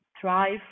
thrive